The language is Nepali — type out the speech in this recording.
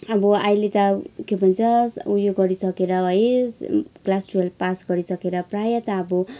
अब अहिले त के भन्छ उयो गरिसकेर है क्लास टुवेल्भ पास गरिसकेर प्रायः त अब